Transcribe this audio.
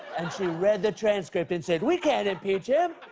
and she read the transcript and said, we can't impeach him!